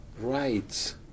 rights